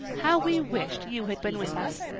how we wished you had been with us.